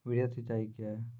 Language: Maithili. वृहद सिंचाई कया हैं?